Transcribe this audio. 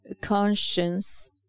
conscience